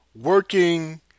working